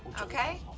Okay